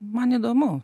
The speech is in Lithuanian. man įdomu